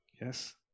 Yes